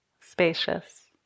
spacious